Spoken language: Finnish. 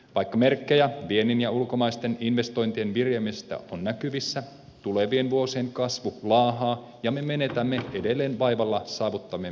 vaikka merkkejä viennin ja ulkomaisten investointien viriämisestä on näkyvissä tulevien vuosien kasvu laahaa ja me menetämme edelleen vaivalla saavuttamiamme markkinoita